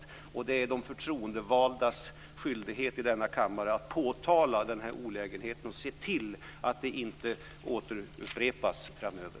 Det är en skyldighet för de förtroendevalda i denna kammare att påtala de brister som finns och att se till att det inte blir en upprepning av dessa framöver.